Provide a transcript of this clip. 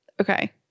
Okay